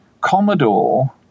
Commodore